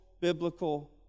biblical